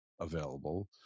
available